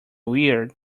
weird